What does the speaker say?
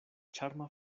ĉarma